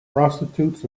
prostitutes